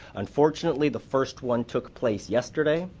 unfortunately the first one took place yesterday.